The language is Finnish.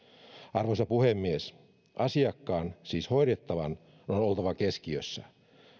arvoisa puhemies asiakkaan siis hoidettavan on oltava keskiössä